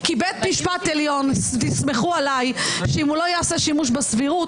כי בית משפט עליון תסמכו עליי שאם הוא לא יעשה שימוש בסבירות,